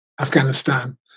Afghanistan